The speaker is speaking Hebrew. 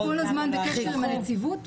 אנחנו כל הזמן בקשר עם הנציבות,